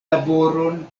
laboron